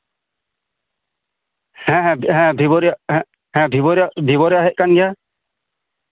ᱦᱮᱸ ᱦᱮᱸ ᱦᱮᱸ ᱵᱷᱤᱵᱳ ᱨᱮᱭᱟᱜ ᱦᱮᱡ ᱠᱟᱱ ᱜᱮᱭᱟ